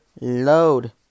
Load